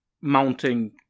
mounting